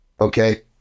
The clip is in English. okay